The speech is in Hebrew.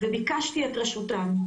וביקשתי את רשותם.